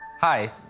Hi